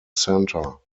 center